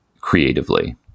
creatively